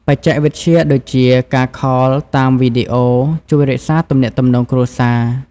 បច្ចេកវិទ្យាដូចជា ការខលតាមវីដេអូ ជួយរក្សាទំនាក់ទំនងគ្រួសារ។